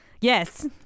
yes